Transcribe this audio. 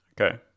okay